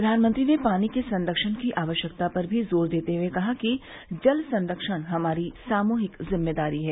प्रधानमंत्री ने पानी के संरक्षण की आवश्यकता पर भी जोर देते हुए कहा कि जल संरक्षण हमारी सामूहिक जिम्मेदारी है